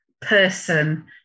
person